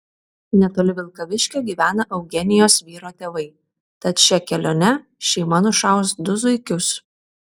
netoli vilkaviškio gyvena eugenijos vyro tėvai tad šia kelione šeima nušaus du zuikius